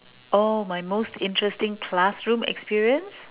oh my most interesting classroom experience